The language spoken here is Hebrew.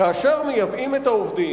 כאשר מייבאים את העובדים,